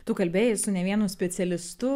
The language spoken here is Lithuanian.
tu kalbėjai su ne vienu specialistu